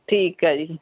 ਠੀਕ ਆ ਜੀ